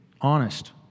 honest